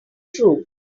true